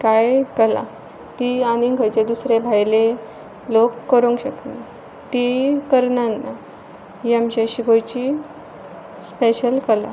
कांय कला ती आनीक खंयचे दुसरे भायले लोक करूंक शकना ती करनान ना ही आमची शिकोयची स्पेशल कला